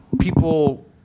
people